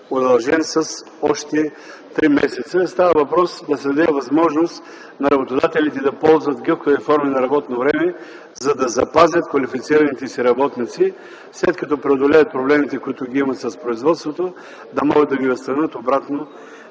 удължен с още три месеца. Става въпрос да се даде възможност на работодателите да ползват гъвкави форми на работно време, за да запазят квалифицираните си работници. След като преодолеят проблемите, които ги имат с производството, да могат да ги възстановят обратно